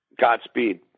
Godspeed